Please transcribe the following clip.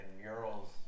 murals